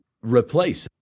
replace